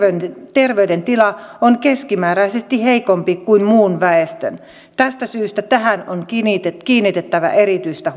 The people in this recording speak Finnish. terveydentila on keskimääräisesti heikompi kuin muun väestön tästä syystä tähän on kiinnitettävä erityistä